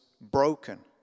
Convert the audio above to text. broken